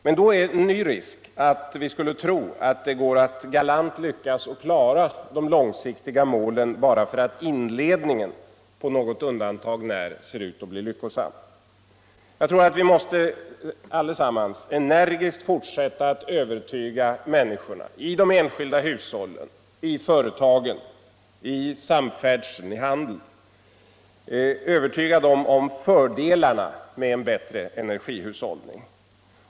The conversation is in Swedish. Men då uppstår lätt en ny risk: att vi tror att det går galant för oss att uppnå de långsiktiga målen bara därför att inledningen, på något undantag när, ser ut att bli lyckosam. Jag tror att vi allesammans måste försöka att energiskt övertyga människorna — i de enskilda hushållen, i företagen, i samfärdseln, i handeln —- om fördelarna med en bättre energihushållning.